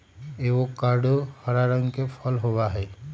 avocado हरा रंग के फल होबा हई